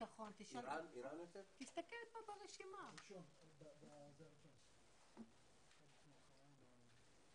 שיש פה התעלמות מהמציאות.